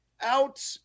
out